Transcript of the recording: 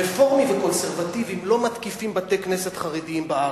רפורמים וקונסרבטיבים לא מתקיפים בתי-כנסת חרדיים בארץ,